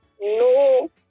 No